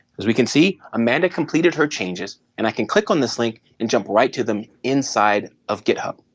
as we can see, amanda completed her changes and i can click on this link and jump right to them inside of github.